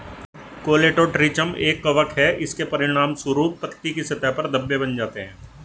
Colletotrichum एक कवक है, इसके परिणामस्वरूप पत्ती की सतह पर धब्बे बन जाते हैं